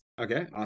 okay